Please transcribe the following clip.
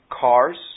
cars